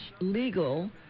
legal